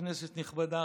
כנסת נכבדה,